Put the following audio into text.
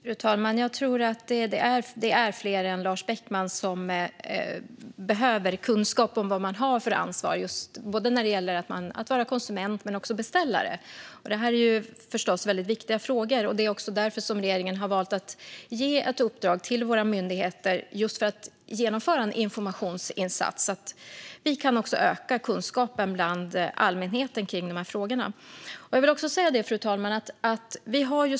Fru talman! Jag tror att det är fler än Lars Beckman som behöver kunskap om vad man har för ansvar både som konsument och beställare. Detta är förstås väldigt viktiga frågor, och det är också därför som regeringen har valt att ge i uppdrag åt våra myndigheter att genomföra en informationsinsats, så att vi kan öka kunskapen hos allmänheten om de här frågorna. Fru talman!